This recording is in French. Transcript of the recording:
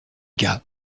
gars